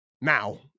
now